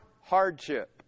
hardship